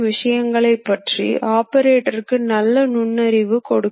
குறிப்பிட்ட உள்ளீட்டை பொறுத்து இது இருக்கும்